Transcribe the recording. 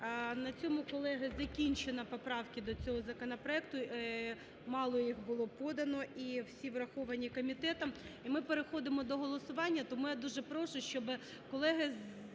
На цьому, колеги, закінчені поправки до цього законопроекту. Мало їх було подано і всі враховані комітетом. І ми переходимо до голосування. Тому я дуже прошу, щоб колеги